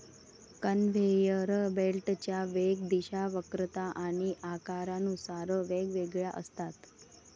conveyor बेल्टच्या वेग, दिशा, वक्रता आणि आकारानुसार वेगवेगळ्या असतात